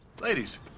Ladies